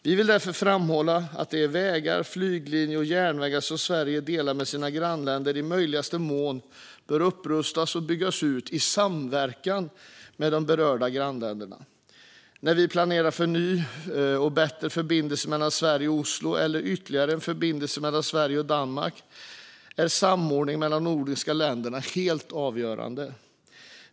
Vi vill därför framhålla att de vägar, flyglinjer och järnvägar som Sverige delar med sina grannländer i möjligaste mån bör upprustas och byggas ut i samverkan med de berörda grannländerna. När vi planerar för en ny och bättre förbindelse mellan Sverige och Oslo eller för ytterligare en förbindelse mellan Sverige och Danmark är samordningen mellan de nordiska länderna helt avgörande.